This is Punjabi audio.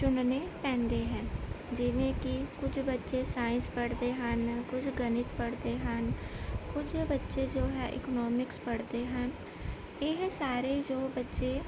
ਚੁਣਨੇ ਪੈਂਦੇ ਹੈ ਜਿਵੇਂ ਕਿ ਕੁਝ ਬੱਚੇ ਸਾਇੰਸ ਪੜ੍ਹਦੇ ਹਨ ਕੁਝ ਗਣਿਤ ਪੜ੍ਹਦੇ ਹਨ ਕੁਝ ਬੱਚੇ ਜੋ ਹੈ ਇਕਨੋਮਿਕਸ ਪੜ੍ਹਦੇ ਹਨ ਇਹ ਸਾਰੇ ਜੋ ਬੱਚੇ